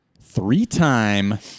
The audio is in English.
three-time